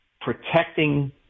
protecting